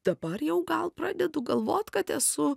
dabar jau gal pradedu galvot kad esu